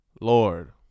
Lord